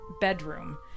bedroom